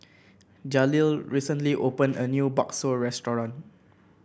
Jaleel recently opened a new bakso restaurant